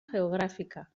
geográfica